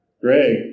Greg